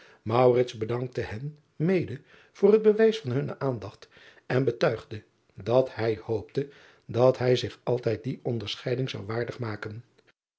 dankte hen mede voor het bewijs van hunne aandacht en betuigde dat hij hoopte dat hij zich altijd die onderscheiding zou waardig maken